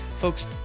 folks